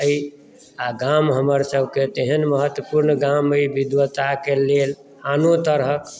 आ गाम हमर सभकेँ तेहन महत्वपुर्ण गाम अहि विद्वताके लेल आनो तरहक